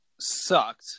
sucked